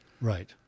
Right